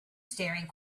staring